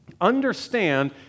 understand